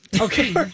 Okay